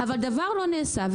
אבל דבר לא נעשה.